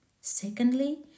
Secondly